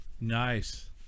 Nice